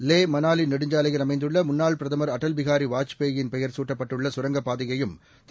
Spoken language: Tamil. லே மணாலிநெடுஞ்சாலையில் அமைந்துள்ளமுன்னாள் பிரதமர் அடல் பிஹாரிவாஜ்பாயின் பெயர் சூட்டப்பட்டுள்ளகரங்கப் பாதையையும் திரு